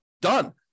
Done